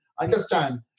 understand